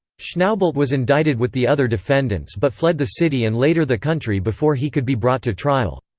schnaubelt was indicted with the other defendants but fled the city and later the country before he could be brought to trial.